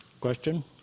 question